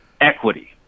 equity